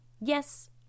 Yes